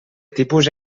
tipus